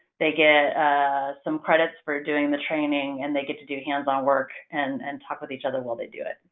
they get some credits for doing the training and they get to do hands-on work and and talk with each other while they do it.